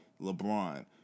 LeBron